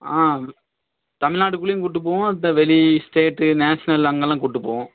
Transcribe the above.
ஆ தமிழ்நாடுகுள்ளையும் கூட்டு போவோம் இப்போ வெளி ஸ்டேட்டு நேஷ்னல் அங்கேலாம் கூட்டு போவோம்